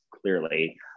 clearly